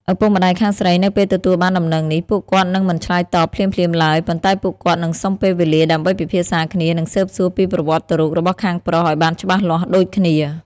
ឪពុកម្ដាយខាងស្រីនៅពេលទទួលបានដំណឹងនេះ ពួកគាត់នឹងមិនឆ្លើយតបភ្លាមៗឡើយ ប៉ុន្តែពួកគាត់នឹងសុំពេលវេលាដើម្បីពិភាក្សាគ្នា និងស៊ើបសួរពីប្រវត្តិរូបរបស់ខាងប្រុសឱ្យបានច្បាស់លាស់ដូចគ្នា។